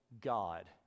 God